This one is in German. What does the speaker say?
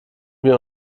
wir